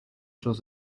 draws